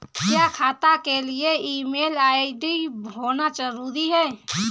क्या खाता के लिए ईमेल आई.डी होना जरूरी है?